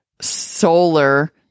solar